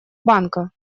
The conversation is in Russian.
банка